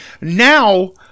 now